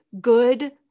good